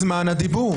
מה זמן הדיבור?